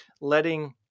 letting